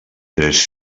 tres